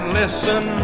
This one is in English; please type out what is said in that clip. listen